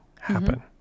happen